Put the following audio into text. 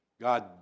God